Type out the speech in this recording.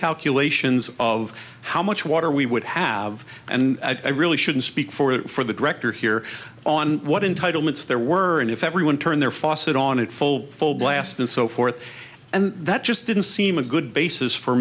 calculations of how much water we would have and i really shouldn't speak for the director here on what in title months there were and if everyone turned their fossett on it full full blast and so forth and that just didn't seem a good basis for